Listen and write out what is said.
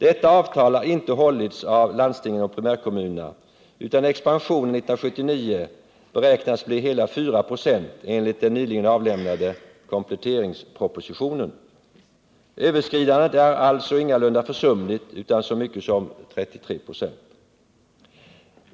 Detta avtal har inte hållits av landstingen och primärkommunerna, utan expansionen 1979 beräknas bli hela 4 96 enligt den nyligen avlämnade kompletteringspropositionen. Överskridandet är alltså ingalunda försumligt utan så mycket som 33 96.